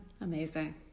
Amazing